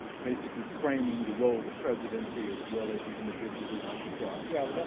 basically framing the role of the presidency as well as the individual who occupied yeah like